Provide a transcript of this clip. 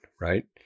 right